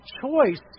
choice